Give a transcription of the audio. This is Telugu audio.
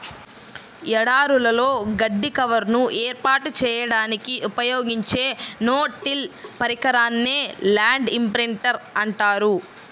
ఎడారులలో గడ్డి కవర్ను ఏర్పాటు చేయడానికి ఉపయోగించే నో టిల్ పరికరాన్నే ల్యాండ్ ఇంప్రింటర్ అంటారు